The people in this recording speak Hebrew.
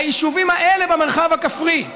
היישובים האלה במרחב הכפרי.